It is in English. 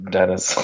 Dennis